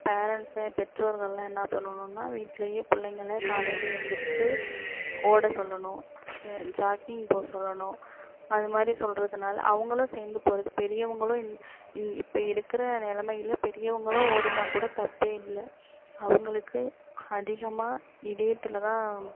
பேரண்ட்ஸே பெற்றோர்கள்லாம் என்ன பண்ணுன்னா வீட்டிலேயே பிள்ளைங்கள காலையில் எழுந்திரிச்சி ஓட சொல்லணும் ஜாக்கிங் போக சொல்லணும் அதுமாதிரி சொல்லுறதுனால அவங்களும் சேர்ந்து போகிறது பெரியவங்களும் இந் இப்போ இருக்கிற நிலைமையில் பெரியவங்களும் ஓடுனா கூட தப்பு இல்லை அவங்களுக்கு அதிகமாக இதயத்தில் தான்